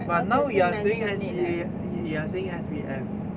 but now we are saying S_B_A you are saying S_B_F